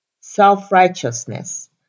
self-righteousness